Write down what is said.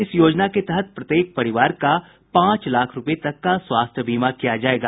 इस योजना के तहत प्रत्येक परिवार का पांच लाख रुपये तक का स्वास्थ्य बीमा किया जाएगा